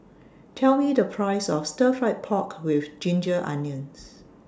Tell Me The Price of Stir Fried Pork with Ginger Onions